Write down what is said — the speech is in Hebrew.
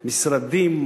משרדים,